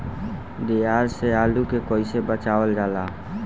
दियार से आलू के कइसे बचावल जाला?